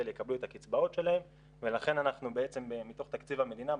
יקבלו את הקצבאות שלהם ולכן אנחנו בעצם מתוך תקציב המדינה,